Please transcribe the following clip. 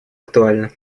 актуальна